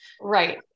Right